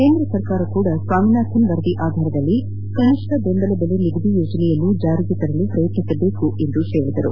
ಕೇಂದ್ರ ಸರ್ಕಾರ ಕೂಡ ಸ್ವಾಮಿನಾಥನ್ ವರದಿ ಆಧಾರದಲ್ಲಿ ಕನಿಷ್ಠ ಬೆಂಬಲ ಬೆಲೆ ನಿಗದಿ ಯೋಜನೆಯನ್ನು ಜಾರಿ ಮಾಡಲು ಪ್ರಯತ್ನಿಸಬೇಕು ಹೇಳಿದರು